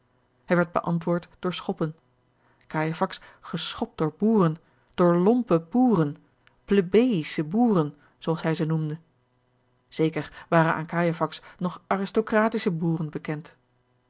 hij werd beantwoord door schoppen cajefax geschopt door boeren door lompe boeren plebeïsche boeren zooals hij ze noemde zeker waren aan cajefax nog aristocratische boeren bekend